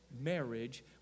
marriage